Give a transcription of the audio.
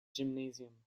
gymnasium